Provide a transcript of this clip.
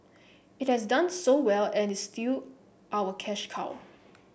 it has done so well and is still our cash cow